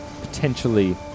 potentially